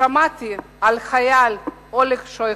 כששמעתי על חייל, אולג שייחט,